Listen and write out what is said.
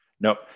Nope